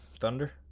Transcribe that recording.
Thunder